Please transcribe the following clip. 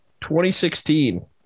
2016